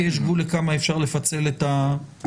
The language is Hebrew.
כי יש גבול לכמה אפשר לפצל את החוק.